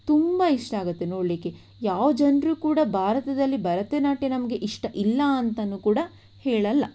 ತುಂಬ ಇಷ್ಟ ಆಗುತ್ತೆ ನೋಡಲಿಕ್ಕೆ ಯಾವ ಜನರೂ ಕೂಡ ಭಾರತದಲ್ಲಿ ಭರತನಾಟ್ಯ ನಮಗೆ ಇಷ್ಟ ಇಲ್ಲ ಅಂತಲೂ ಕೂಡ ಹೇಳಲ್ಲ